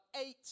eight